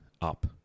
up